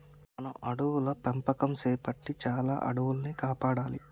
మనం అడవుల పెంపకం సేపట్టి చాలా అడవుల్ని కాపాడాలి